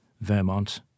Vermont